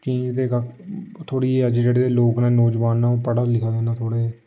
change ते कक्ख थोह्ड़ी जनेह् लोक न जेह्ड़े नौजोआन न ओह् पढ़ा लिखा दे न थोह्ड़े जनेह्